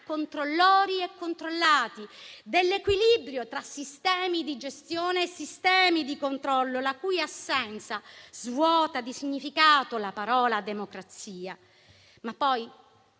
controllori e controllati, dell'equilibrio tra sistemi di gestione e sistemi di controllo, la cui assenza svuota di significato la parola democrazia.